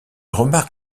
remarque